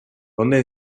dónde